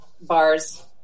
bar's